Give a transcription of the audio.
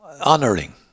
Honoring